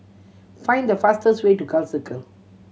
find the fastest way to Gul Circle